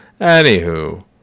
Anywho